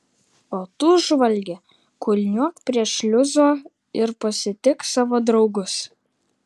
o tu žvalge kulniuok prie šliuzo ir pasitik savo draugus